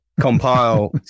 compile